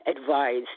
advised